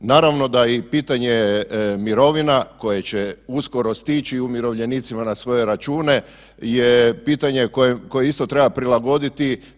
Naravno da je i pitanje mirovina koje će uskoro stići umirovljenicima na svoje račune je pitanje koje isto treba prilagoditi.